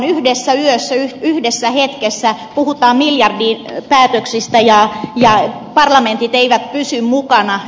yhdessä yössä yhdessä hetkessä puhutaan miljardipäätöksistä ja parlamentit eivät pysy mukana